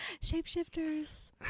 Shapeshifters